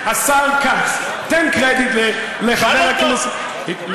השר כץ, תן קרדיט לחבר הכנסת, תשאל אותו.